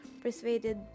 persuaded